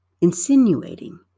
insinuating